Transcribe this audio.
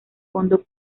fondo